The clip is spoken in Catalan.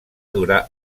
durà